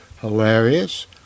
hilarious